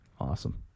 Awesome